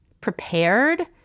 prepared